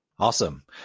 Awesome